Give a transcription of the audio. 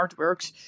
artworks